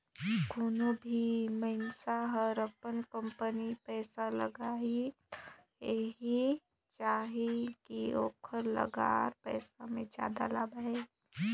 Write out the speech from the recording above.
कोनों भी मइनसे हर अपन कंपनी में पइसा लगाही त एहि चाहही कि ओखर लगाल पइसा ले जादा लाभ आये